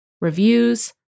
reviews